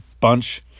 bunch